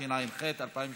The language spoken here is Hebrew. התשע"ח 2018,